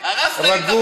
רגוע,